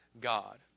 God